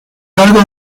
cargo